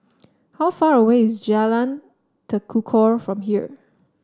how far away is Jalan Tekukor from here